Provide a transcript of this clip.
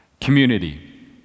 Community